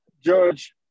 George